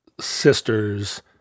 sisters